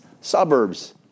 suburbs